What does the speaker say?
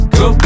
go